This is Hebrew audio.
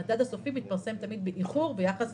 המדד הסופי מתפרסם תמיד באיחור ביחס